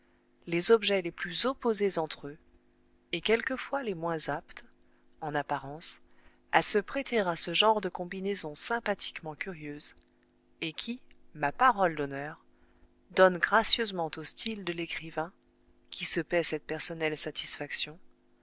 les objets les plus opposés entre eux et quelquefois les moins aptes en apparence à se prêter à ce genre de combinaisons sympathiquement curieuses et qui ma parole d'honneur donnent gracieusement au style de l'écrivain qui se paie cette personnelle satisfaction